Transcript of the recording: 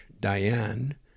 Diane